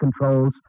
Controls